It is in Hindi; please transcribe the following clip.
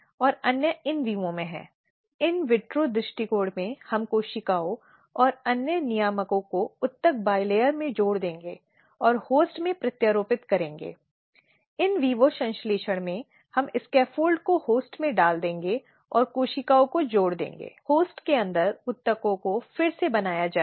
और इसलिए मौसम की शिकायत 2013 अधिनियम के पूर्वावलोकन में आती है और इसलिए उनके अधिकार क्षेत्र में है और इसलिए यह यह भी उतना ही महत्वपूर्ण है कि शिकायत में स्पष्टता होनी चाहिए